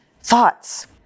thoughts